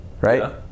right